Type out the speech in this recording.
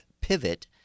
Pivot